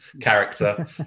character